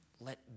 Let